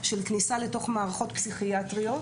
של כניסה לתוך מערכות פסיכיאטריות.